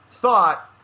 thought